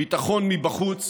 ביטחון מבחוץ